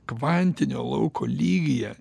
kvantinio lauko lygyje